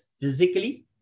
physically